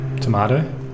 tomato